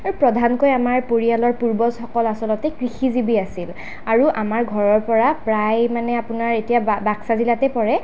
আৰু প্ৰধানকৈ আমাৰ পৰিয়ালৰ পূৰ্বজসকল আচলতে কৃষিজীৱি আছিল আৰু আমাৰ ঘৰৰ পৰা প্ৰায় মানে আপোনাৰ এতিয়া বা বাকচা জিলাতে পৰে